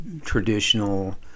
traditional